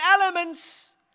elements